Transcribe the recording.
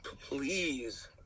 please